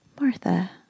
Martha